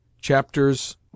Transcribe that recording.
Chapters